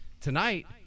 Tonight